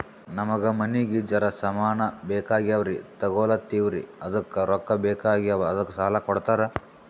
ನಮಗ ಮನಿಗಿ ಜರ ಸಾಮಾನ ಬೇಕಾಗ್ಯಾವ್ರೀ ತೊಗೊಲತ್ತೀವ್ರಿ ಅದಕ್ಕ ರೊಕ್ಕ ಬೆಕಾಗ್ಯಾವ ಅದಕ್ಕ ಸಾಲ ಕೊಡ್ತಾರ?